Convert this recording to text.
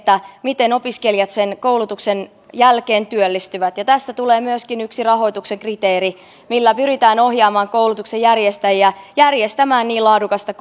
miten opiskelijat koulutuksen jälkeen työllistyvät tästä tulee myöskin yksi rahoituksen kriteeri millä pyritään ohjaamaan koulutuksen järjestäjiä järjestämään niin laadukasta